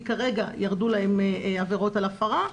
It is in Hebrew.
--- כי כרגע ירדו להם עבירות על הפרה.